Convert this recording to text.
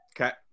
okay